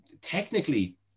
technically